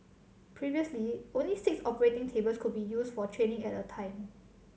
previously only six operating tables could be used for training at a time